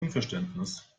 unverständnis